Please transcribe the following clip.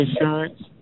insurance